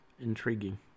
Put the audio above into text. intriguing